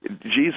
Jesus